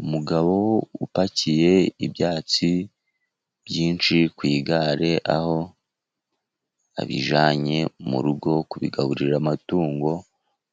Umugabo upakiye ibyatsi byinshi ku igare, aho abijyanye mu rugo kubigaburira amatungo